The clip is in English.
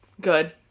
Good